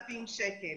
4,000 שקל,